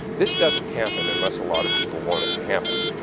this doesn't happen unless a lot of people want it to happen.